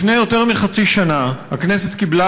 לפני יותר מחצי שנה הכנסת קיבלה,